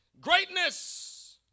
Greatness